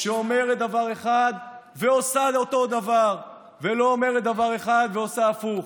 שאומרת דבר אחד ועושה אותו דבר ולא אומרת דבר אחד ועושה הפוך.